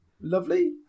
lovely